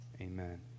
amen